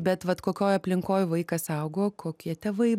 bet vat kokioj aplinkoj vaikas augo kokie tėvai